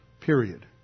Period